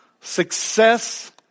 Success